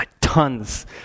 tons